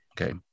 okay